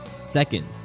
Second